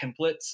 templates